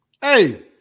Hey